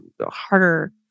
harder